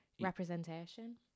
representation